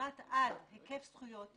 היקף הזכויות